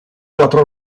quattro